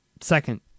second